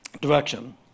Direction